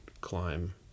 climb